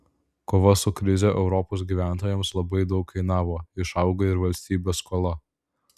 kova su krize europos gyventojams labai daug kainavo išaugo ir valstybės skola